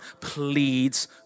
pleads